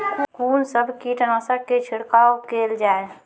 कून सब कीटनासक के छिड़काव केल जाय?